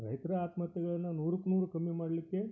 ರೈತ್ರ ಆತ್ಮಹತ್ಯೆಗಳನ್ನ ನೂರಕ್ಕೆ ನೂರು ಕಮ್ಮಿ ಮಾಡಲಿಕ್ಕೆ